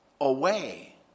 away